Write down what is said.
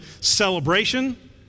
celebration